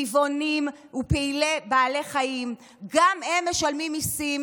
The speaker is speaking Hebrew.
טבעונים ופעילי בעלי חיים משלמים גם הם מיסים,